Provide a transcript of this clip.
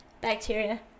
bacteria